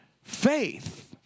Faith